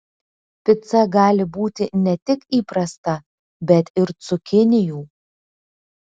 pica gali būti ne tik įprasta bet ir cukinijų